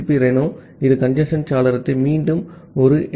B Reno இது congestion சாளரத்தை மீண்டும் 1 எம்